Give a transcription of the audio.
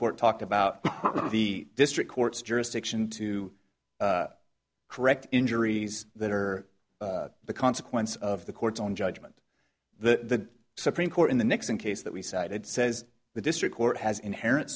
court talked about the district court's jurisdiction to correct injuries that are the consequence of the court's own judgment the supreme court in the nixon case that we cited says the district court has inherent